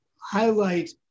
highlight